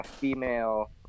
female